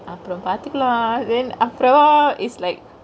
அப்ரொ பாத்துக்கலா:apro paathukalaa then அப்ரொமா:apromaa it's like